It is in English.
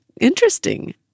interesting